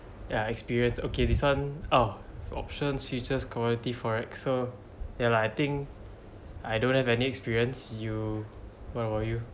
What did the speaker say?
ya experience okay this one oh options futures commodity forex so ya lah I think I don't have any experience you what about you